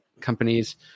companies